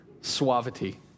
suavity